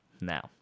Now